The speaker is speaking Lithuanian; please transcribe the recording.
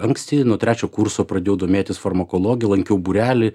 anksti nuo trečio kurso pradėjau domėtis farmakologija lankiau būrelį